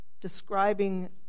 Describing